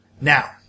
Now